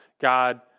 God